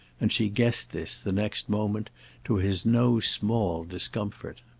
and she guessed this the next moment to his no small discomfort.